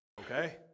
Okay